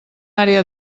àrea